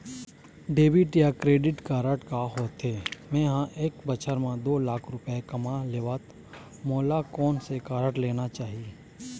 Debit या credit card का होथे, मे ह एक बछर म दो लाख रुपया कमा लेथव मोला कोन से कारड लेना चाही?